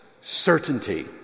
certainty